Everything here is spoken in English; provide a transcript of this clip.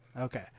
okay